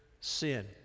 sin